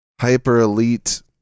hyper-elite